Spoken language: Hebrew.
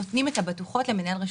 נותנים את הבטוחות למנהל רשות המסים.